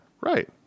Right